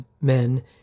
men